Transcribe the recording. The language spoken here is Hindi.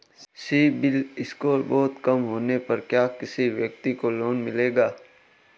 सिबिल स्कोर बहुत कम होने पर क्या किसी व्यक्ति को लोंन मिलेगा?